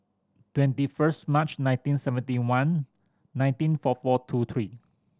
twenty first March nineteen seventy one nineteen four four two three